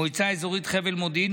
מועצה אזורית חבל מודיעין,